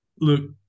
Look